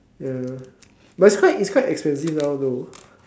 ya but it's quite it's quite expensive now though